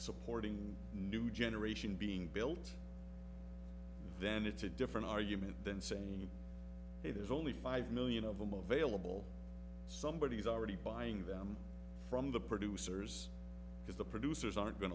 supporting new generation being built then it's a different argument than saying you know there's only five million of them available somebody is already buying them from the producers because the producers aren't going